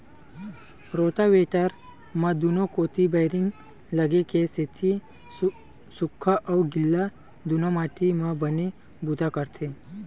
rotavator म दूनो कोती बैरिंग लगे के सेती सूख्खा अउ गिल्ला दूनो माटी म बने बूता करथे